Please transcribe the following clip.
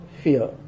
fear